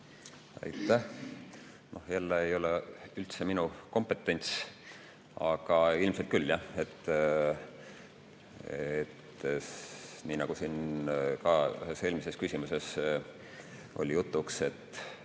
Noh, jälle ei ole üldse minu kompetents, aga ilmselt küll – jah. Nii nagu siin ka ühes eelmises küsimuses oli jutuks,